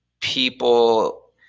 people